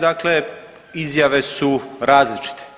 Dakle, izjave su različite.